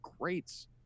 greats